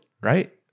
right